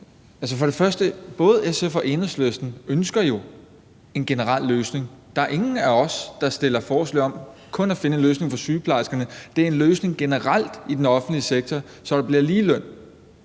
mig over. Både SF og Enhedslisten ønsker jo en generel løsning. Der er ingen af os, der stiller forslag om kun at finde en løsning for sygeplejerskerne; det er en løsning generelt i den offentlige sektor, så der bliver ligeløn.